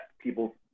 people